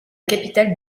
capitale